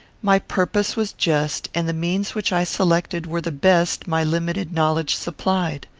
my purpose was just, and the means which i selected were the best my limited knowledge supplied.